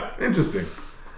Interesting